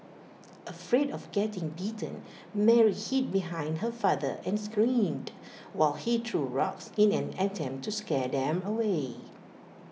afraid of getting bitten Mary hid behind her father and screamed while he threw rocks in an attempt to scare them away